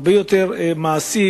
הרבה יותר מעשי,